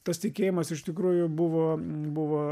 tas tikėjimas iš tikrųjų buvo buvo